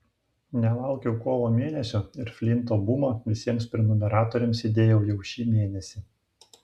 nelaukiau kovo mėnesio ir flinto bumą visiems prenumeratoriams įdėjau jau šį mėnesį